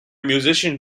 musician